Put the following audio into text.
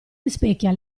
rispecchia